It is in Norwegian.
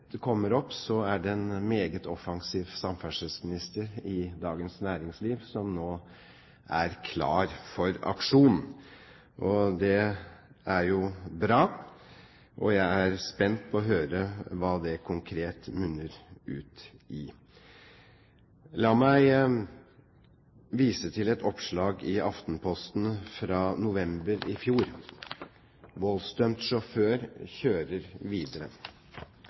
opp, er det en meget offensiv samferdselsminister som i Dagens Næringsliv nå er klar for aksjon. Det er jo bra, og jeg er spent på å høre hva det konkret munner ut i. La meg vise til et oppslag i Aftenposten fra november i fjor: «Voldsdømt sjåfør kjører videre.»